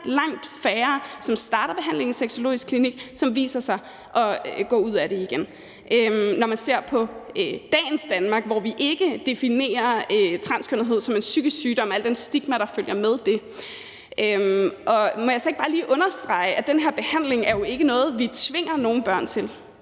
langt færre, som starter behandlingen på den sexologiske klinik, og som går ud af den igen, hvis man ser på dagens Danmark, hvor vi ikke definerer transkønnethed som en psykisk sygdom med al den stigmatisering, der følger med det. Må jeg så ikke bare lige understrege, at den her behandling jo ikke er noget, vi tvinger nogen børn til?